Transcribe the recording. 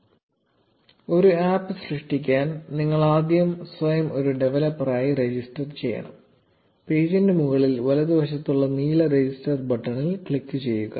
0120 ഒരു ആപ്പ് സൃഷ്ടിക്കാൻ നിങ്ങൾ ആദ്യം സ്വയം ഒരു ഡവലപ്പറായി രജിസ്റ്റർ ചെയ്യണം പേജിന്റെ മുകളിൽ വലതുവശത്തുള്ള നീല രജിസ്റ്റർ ബട്ടണിൽ ക്ലിക്ക് ചെയ്യുക